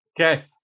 Okay